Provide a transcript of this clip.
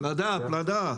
פלדה, פלדה.